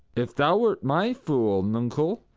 if thou wert my fool, nuncle,